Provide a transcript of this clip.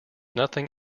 nothing